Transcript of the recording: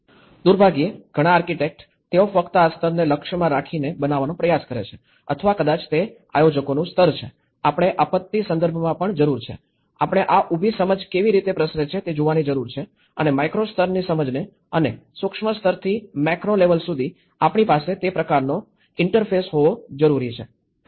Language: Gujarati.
દુર્ભાગ્યે ઘણા આર્કિટેક્ટ તેઓ ફક્ત આ સ્તરને લક્ષમાં રાખીને બનાવવાનો પ્રયાસ કરે છે અથવા કદાચ તે આયોજકોનું સ્તર છે આપણે આપત્તિ સંદર્ભમાં પણ જરૂર છે આપણે આ ઉભી સમજ કેવી રીતે પ્રસરે છે તે જોવાની જરૂર છે અને મેક્રો સ્તરની સમજને અને સુક્ષ્મ સ્તરથી મેક્રો લેવલ સુધી આપણી પાસે તે પ્રકારનો ઇન્ટરફેસ હોવો જરૂરી છે